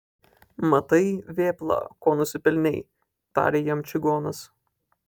matai vėpla ko nusipelnei tarė jam čigonas